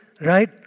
right